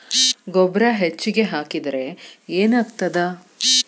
ಗೊಬ್ಬರ ಹೆಚ್ಚಿಗೆ ಹಾಕಿದರೆ ಏನಾಗ್ತದ?